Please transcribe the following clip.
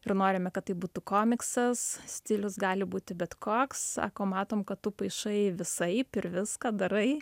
ir norime kad tai būtų komiksas stilius gali būti bet koks sako matom kad tu paišai visaip ir viską darai